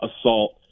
assault